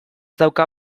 dauka